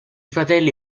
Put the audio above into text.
fratelli